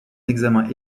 examen